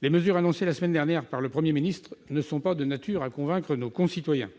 Les mesures annoncées la semaine dernière par le Premier ministre ne sont pas de nature à convaincre nos concitoyens.